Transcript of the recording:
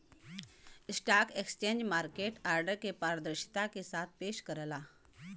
stock exchange market order के पारदर्शिता के साथ पेश करला